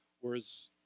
whereas